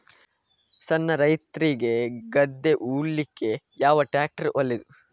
ಸಣ್ಣ ರೈತ್ರಿಗೆ ಗದ್ದೆ ಉಳ್ಳಿಕೆ ಯಾವ ಟ್ರ್ಯಾಕ್ಟರ್ ಒಳ್ಳೆದು?